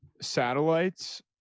satellites